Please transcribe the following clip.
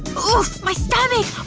oof. my stomach.